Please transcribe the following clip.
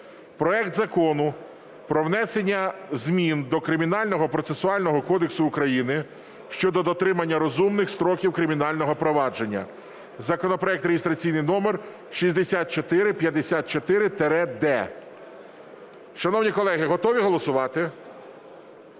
проект Закону про внесення змін до Кримінального процесуального кодексу України (щодо дотримання розумних строків кримінального провадження) (законопроект реєстраційний номер 6454-д). Шановні колеги, готові голосувати?